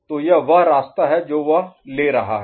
तो यह वह रास्ता है जो वह ले रहा है